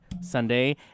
Sunday